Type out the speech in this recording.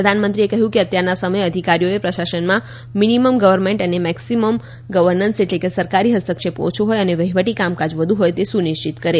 પ્રધાનમંત્રીએ કહ્યું કે અત્યારના સમયે અધિકારીઓ પ્રશાસનમાં minimum government and maximum governance એટલે કે સરકારી હસ્તક્ષેપ ઓછો હોય અને વહિવટી કામકાજ વધુ હોય તે સુનિશ્ચિત કરે